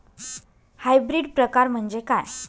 Hybrid प्रकार म्हणजे काय?